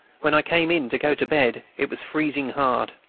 when i came in to go to bed, it was freezing hard.